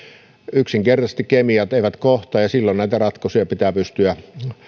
yksinkertaisesti kemiat eivät kohtaa ja silloin näitä ratkaisuja pitää pystyä